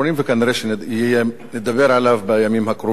וכנראה נדבר עליו בימים הקרובים,